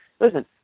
Listen